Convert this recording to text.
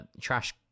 trash